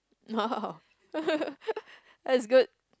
!wow! that's good